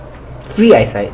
free eyesight